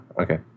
Okay